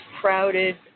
crowded